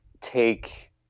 take